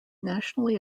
nationally